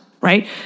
right